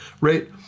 right